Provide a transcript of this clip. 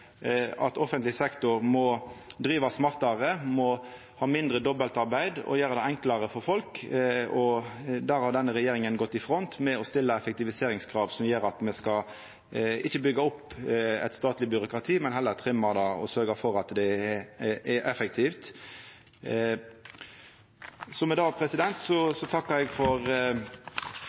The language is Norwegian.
at offentleg sektor må driva smartare, ha mindre dobbeltarbeid og gjera det enklare for folk. Der har denne regjeringa gått i front med å stilla effektiviseringskrav som gjer at me ikkje skal byggja opp eit statleg byråkrati, men heller trimma det og sørgja for at det er effektivt. Med det takkar eg for